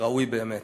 וראוי באמת.